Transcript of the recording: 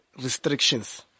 restrictions